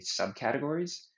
subcategories